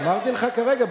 אמרתי לך כרגע,